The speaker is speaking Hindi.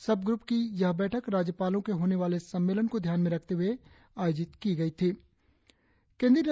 सब ग्रुप की यह बैठक राज्यपालों के होने वाले सम्मेलन को ध्यान में रखते हुए आयोजित की गई थी